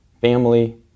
family